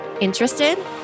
Interested